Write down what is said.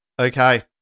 Okay